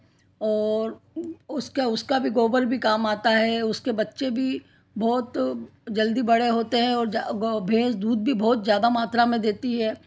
और उसका उसका भी गोबर भी काम आता है उसके बच्चे भी बहुत जल्दी बड़े होते हैं और भेंस दूध भी बहुत ज़्यादा मात्रा में देती है